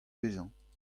bezañ